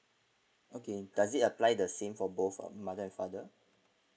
okay does it apply the same for both of mother and father